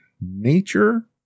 Nature